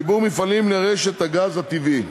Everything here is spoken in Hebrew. חיבור מפעלים לרשת הגז הטבעי.